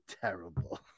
terrible